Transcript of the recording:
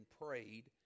prayed